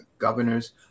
governors